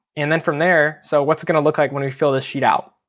and then from there, so what's it gonna look like when we fill this sheet out?